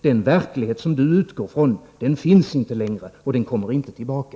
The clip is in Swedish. Den verklighet som Ulf Adelsohn utgår från finns inte längre, och den kommer inte tillbaka.